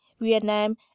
Vietnam